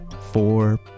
Four